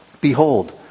Behold